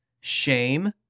shame